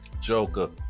Joker